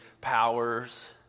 powers